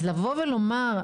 אז לבוא ולומר,